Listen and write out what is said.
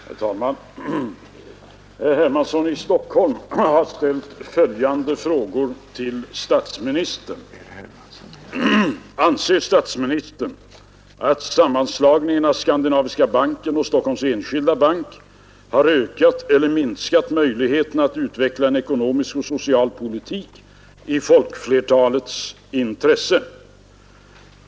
Herr talman! Herr Hermansson i Stockholm har ställt följande frågor till statsministern: 1) Anser statsministern att sammanslagningen av Skandinaviska banken och Stockholms enskilda bank har ökat eller minskat möjligheterna att utveckla en ekonomisk och social politik i folkflertalets intresse?